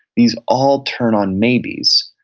these all turn on maybes,